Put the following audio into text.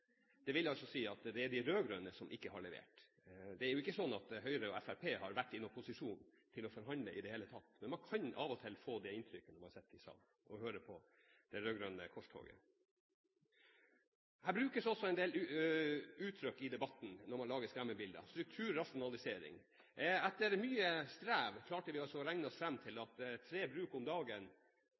Det vil altså si at det er de rød-grønne som ikke har levert. Det er jo ikke sånn at Høyre og Fremskrittspartiet har vært i noen posisjon til å forhandle i det hele tatt, men man kan av og til få det inntrykket når man sitter i salen og hører på det rød-grønne korstoget. Her brukes også en del uttrykk i debatten når man lager skremmebilder – som strukturrasjonalisering. Etter mye strev klarte vi å regne oss fram til at tre bruk om dagen